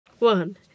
One